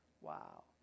Wow